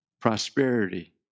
prosperity